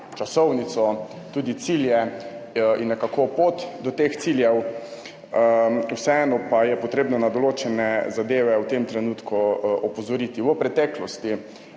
časovnico, tudi cilje in nekako pot do teh ciljev. Vseeno pa je potrebno na določene zadeve v tem trenutku opozoriti. V preteklosti